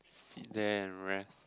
sit there and rest